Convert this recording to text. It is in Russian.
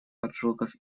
поджогов